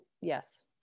yes